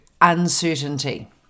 Uncertainty